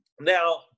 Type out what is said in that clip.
now